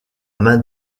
main